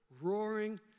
roaring